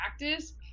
practice